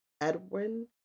Edwin